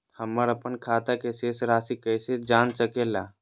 हमर अपन खाता के शेष रासि कैसे जान सके ला?